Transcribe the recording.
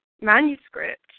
manuscript